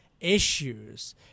issues